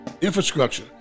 infrastructure